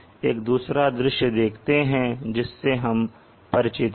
अब हम एक दूसरा दृश्य देखते हैं जिससे हम परिचित हैं